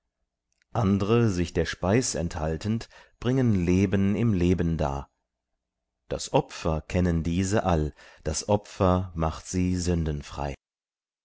andre sich der speis enthaltend bringen leben im leben dar das opfer kennen diese all das opfer macht sie sündenfrei